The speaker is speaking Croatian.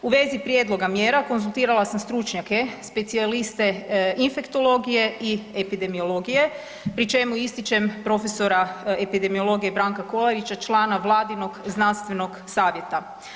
U vezi prijedloga mjera konzultirala sam stručnjake specijaliste infektologije i epidemiologije pri čemu ističem profesora epidemiologije Branka Kolarića člana vladinog znanstvenog savjeta.